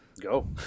Go